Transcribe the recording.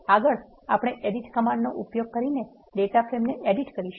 આગળ આપણે એડિટ કમાન્ડનો ઉપયોગ કરીને ડેટા ફ્રેમને એડિટ કરશુ